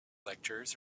lectures